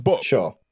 Sure